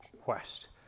quest